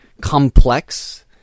complex